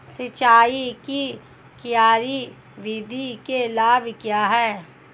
सिंचाई की क्यारी विधि के लाभ क्या हैं?